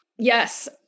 Yes